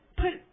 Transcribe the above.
put